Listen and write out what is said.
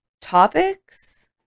topics